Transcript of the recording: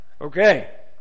okay